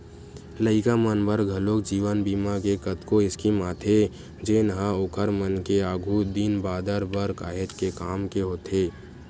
लइका मन बर घलोक जीवन बीमा के कतको स्कीम आथे जेनहा ओखर मन के आघु दिन बादर बर काहेच के काम के होथे